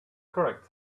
correct